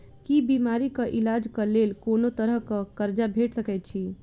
की बीमारी कऽ इलाज कऽ लेल कोनो तरह कऽ कर्जा भेट सकय छई?